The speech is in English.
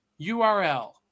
URL